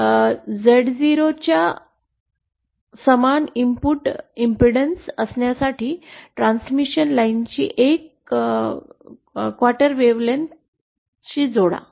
Z0 च्या समान input प्रतिबाधा आणण्यासाठी ट्रान्समिशन लाइनची एक क्वार्टर तरंगलांबी जोडा